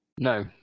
No